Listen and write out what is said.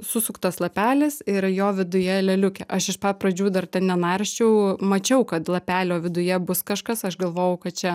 susuktas lapelis ir jo viduje lėliukė aš iš pat pradžių dar ten nenarsčiau mačiau kad lapelio viduje bus kažkas aš galvojau kad čia